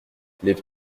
les